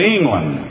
England